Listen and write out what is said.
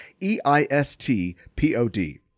E-I-S-T-P-O-D